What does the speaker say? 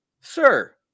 sir